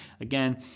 Again